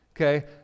okay